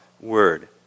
word